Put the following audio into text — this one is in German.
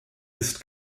ist